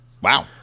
Wow